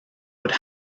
would